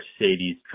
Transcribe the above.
Mercedes